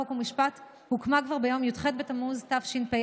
חוק ומשפט הוקמה כבר ביום י"ח בתמוז תשפ"א,